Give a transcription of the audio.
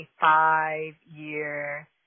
five-year